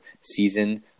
season